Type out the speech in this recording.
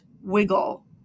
wiggle